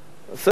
בסדר.